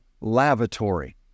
lavatory